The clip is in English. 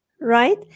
Right